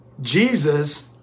Jesus